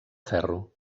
ferro